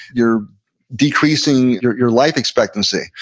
you're decreasing your your life expectancy.